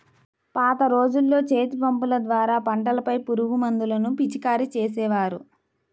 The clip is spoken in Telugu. పాత రోజుల్లో చేతిపంపుల ద్వారా పంటలపై పురుగుమందులను పిచికారీ చేసేవారు